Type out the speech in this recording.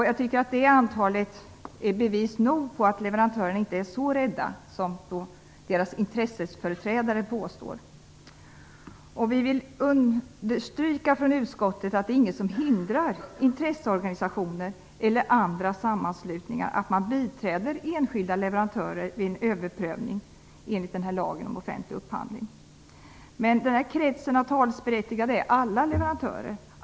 Jag tycker att detta antal är bevis nog på att leverantörerna inte är så rädda som deras intresseföreträdare påstår. Från utskottet vill vi understryka att inget hindrar intresseorganisationer eller andra sammanslutningar att biträda enskilda leverantörer vid en överprövning enligt lagen om offentlig upphandling. Kretsen av talesberättigade omfattar alla leverantörer.